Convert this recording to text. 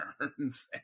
turns